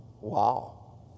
Wow